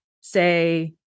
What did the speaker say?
say